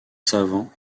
savant